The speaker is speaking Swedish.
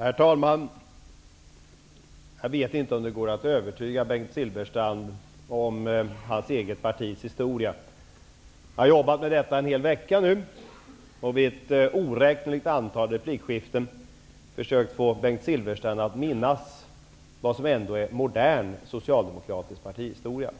Herr talman! Jag vet inte om det går att övertyga Jag har arbetat med detta en hel vecka och vid ett oräkneligt antal replikskiften få Bengt Silfverstrand att minnas vad som ändå är modern socialdemokratisk partihistoria.